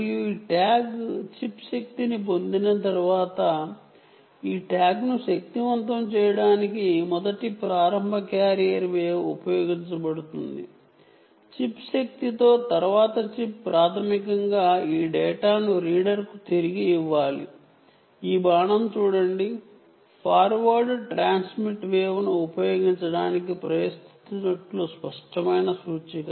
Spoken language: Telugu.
మరియు ఈ ట్యాగ్ చిప్ శక్తిని పొందిన తర్వాత ఈ ట్యాగ్ను శక్తివంతం చేయడానికి మొదటి ప్రారంభ క్యారియర్ వేవ్ ఉపయోగించబడుతుంది చిప్ శక్తి పొందిన తర్వాత చిప్ ప్రాథమికంగా ఈ డేటాను రీడర్కు తిరిగి ఇవ్వాలి ఈ బాణం చూడండి ఫార్వర్డ్ ట్రాన్స్మిట్ వేవ్ ను ఉపయోగించటానికి ప్రయత్నిస్తున్నట్లు స్పష్టమైన సూచిక